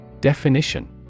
Definition